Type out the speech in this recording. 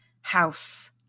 house